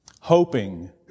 hoping